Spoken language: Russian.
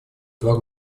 два